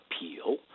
appeal